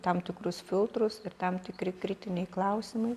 tam tikrus filtrus ir tam tikri kritiniai klausimai